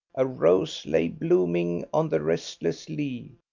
a rose lay blooming on the restless lea,